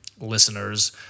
listeners